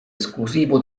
esclusivo